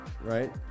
right